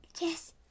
Yes